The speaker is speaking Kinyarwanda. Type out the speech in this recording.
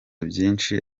byinshi